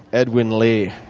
edwin lee.